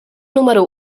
número